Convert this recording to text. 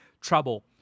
trouble